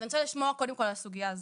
אני רוצה לשמוע קודם כל על הסוגיה הזו.